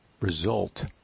result